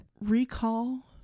Recall